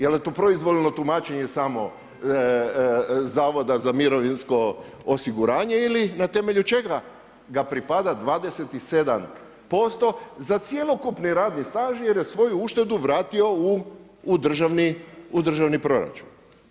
Jel je to proizvoljno tumačenje samo Zavoda za mirovinsko osiguranje ili na temelju čega ga pripada 27% za cjelokupni radni staž jer je svoju uštedu vratio u državni proračun.